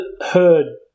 heard